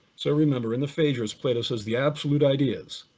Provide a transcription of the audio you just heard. so remember, in the phaedrus, plato says the absolute ideas,